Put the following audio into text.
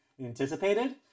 anticipated